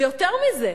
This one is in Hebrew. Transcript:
ויותר מזה,